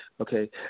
Okay